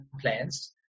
plans